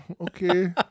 okay